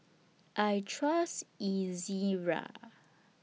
I Trust Ezerra